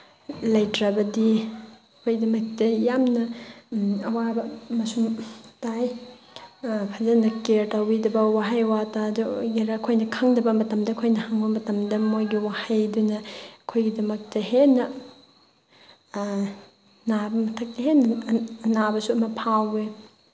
ꯂꯩꯇ꯭ꯔꯕꯗꯤ ꯑꯩꯈꯣꯏꯗꯃꯛꯇ ꯌꯥꯝꯅ ꯑꯋꯥꯕ ꯑꯃꯁꯨꯡ ꯇꯥꯏ ꯐꯖꯅ ꯀꯦꯌꯥꯔ ꯇꯧꯕꯤꯗꯕ ꯋꯥꯍꯩ ꯋꯥꯇꯥꯗ ꯑꯣꯏꯒꯦꯔꯥ ꯑꯩꯈꯣꯏꯅ ꯈꯪꯗꯕ ꯃꯇꯝꯗ ꯑꯩꯈꯣꯏꯅ ꯍꯪꯕ ꯃꯇꯝꯗ ꯃꯣꯏꯒꯤ ꯋꯥꯍꯩꯗꯨꯅ ꯑꯩꯈꯣꯏꯒꯤꯗꯃꯛꯇ ꯍꯦꯟꯅ ꯅꯥꯕ ꯃꯊꯛꯇ ꯍꯦꯟꯅ ꯑꯅꯥꯕꯁꯨ ꯑꯃ ꯐꯥꯎꯋꯤ